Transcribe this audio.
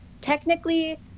technically